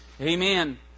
Amen